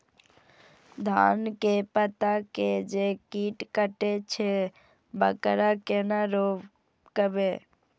धान के पत्ता के जे कीट कटे छे वकरा केना रोकबे?